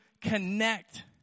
connect